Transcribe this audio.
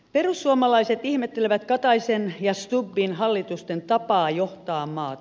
perussuomalaiset ihmettelevät kataisen ja stubbin hallitusten tapaa johtaa maata